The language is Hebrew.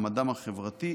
מעמדם החברתי,